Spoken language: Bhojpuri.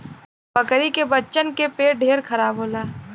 बकरी के बच्चन के पेट ढेर खराब होला